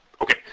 Okay